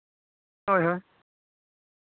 ᱦᱳᱭ ᱦᱳᱭ